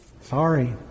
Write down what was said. sorry